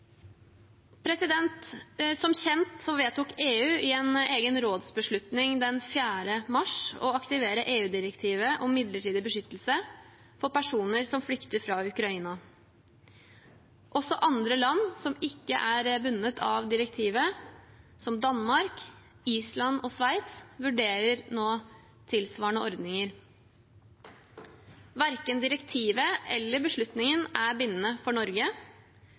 mars å aktivere EU-direktivet om midlertidig beskyttelse for personer som flykter fra Ukraina. Også andre land som ikke er bundet av direktivet – som Danmark, Island og Sveits – vurderer nå tilsvarende ordninger. Verken direktivet eller beslutningen er bindende for Norge,